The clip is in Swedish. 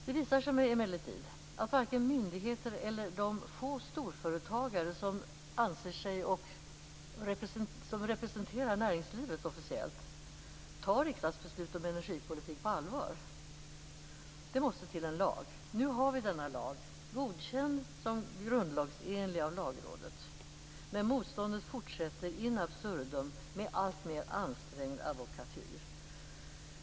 Det visar sig emellertid att varken myndigheter eller de få storföretagare som officiellt anser sig representera näringslivet tar riksdagsbeslut om energipolitik på allvar. Det måste till en lag. Nu har vi denna lag, godkänd som grundlagsenligt av Lagrådet. Men motståndet fortsätter in absurdum med alltmer ansträngd advokatyr. Fru talman!